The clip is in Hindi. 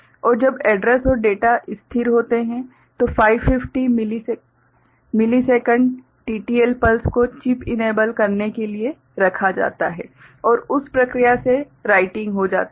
और जब एड्रैस और डेटा स्थिर होते हैं तो 50 मिलीसेकंड TTL पल्स को चीप इनेबल करने के लिए रखा जाता है और उस प्रक्रिया से राइटिंग हो जाता है